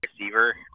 receiver